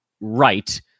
right